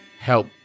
help